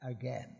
again